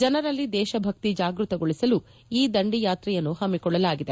ಜನರಲ್ಲಿ ದೇಶಭಕ್ತಿ ಜಾಗೃತಗೊಳಿಸಲು ಈ ದಂಡಿ ಯಾತ್ರೆಯನ್ನು ಹಮ್ಮಿಕೊಳ್ಳಲಾಗಿದೆ